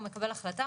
הוא מקבל החלטה,